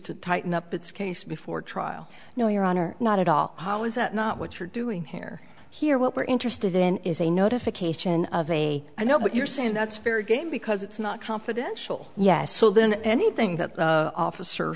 to tighten up its case before trial you know your honor not at all how is that not what you're doing here here what we're interested in is a notification of a i know what you're saying that's fair game because it's not confidential yes so then anything that officer